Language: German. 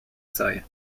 sei